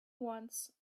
once